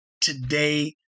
today